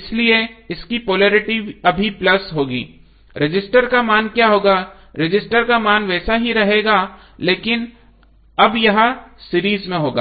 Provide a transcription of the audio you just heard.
इसलिए इसकी पोलेरिटी अभी प्लस होगी रजिस्टर का मान क्या होगा रजिस्टर मान वैसा ही रहेगा लेकिन अब यह सीरीज में होगा